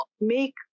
make